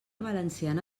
valenciana